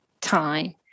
time